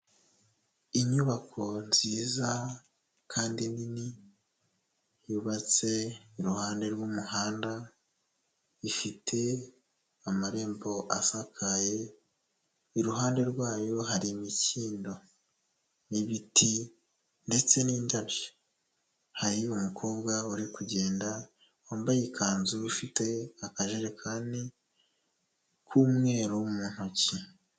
Inyubako nziza kandi nini yubatse iruhande rw'umuhanda, ifite amarembo asakaye, iruhande rwayo hari imikindo n'ibiti ndetse n'indabyo, hari umukobwa uri kugenda wambaye ikanzu, ufite akajerekani k'umweru mu ntoki.